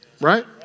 right